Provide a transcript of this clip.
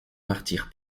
martyre